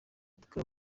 clapton